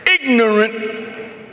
ignorant